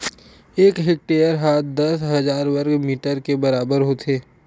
एक हेक्टेअर हा दस हजार वर्ग मीटर के बराबर होथे